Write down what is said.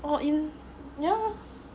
oh in ya